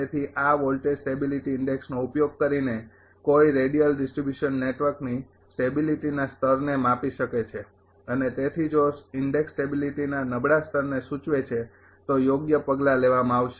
તેથી આ voltage stability index નો ઉપયોગ કરીને કોઈ રેડિયલ ડિસ્ટ્રિબ્યુશન નેટવર્કની સ્ટેબિલીટીના સ્તરને માપી શકે છે અને તેથી જો ઇન્ડેક્ષ સ્ટેબિલીટીના નબળા સ્તરને સૂચવે છે તો યોગ્ય પગલાં લેવામાં આવશે